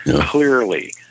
Clearly